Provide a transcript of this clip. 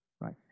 Right